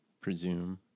presume